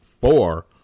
four